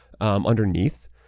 underneath